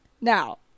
Now